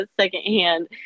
secondhand